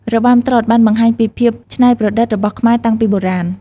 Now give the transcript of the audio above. របាំត្រុដិបានបង្ហាញពីភាពច្នៃប្រឌិតរបស់ខ្មែរតាំងពីបុរាណ។